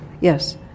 yes